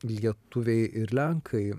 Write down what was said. lietuviai ir lenkai